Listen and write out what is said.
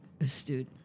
astute